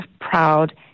proud